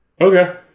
Okay